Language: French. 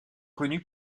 connu